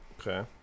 Okay